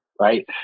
right